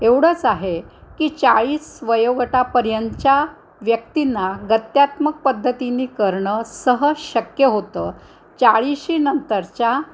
एवढंच आहे की चाळीस वयोगटापर्यंतच्या व्यक्तींना गत्यात्मक पद्धतीने करणं सहज शक्य होतं चाळीशी नंतरच्या